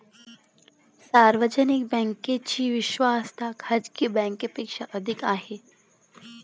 सार्वजनिक बँकेची विश्वासार्हता खाजगी बँकांपेक्षा अधिक आहे